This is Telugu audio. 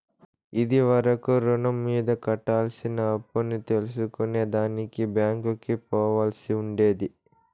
ఇది వరకు రుణం మీద కట్టాల్సిన అప్పుని తెల్సుకునే దానికి బ్యాంకికి పోవాల్సి ఉండేది